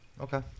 Okay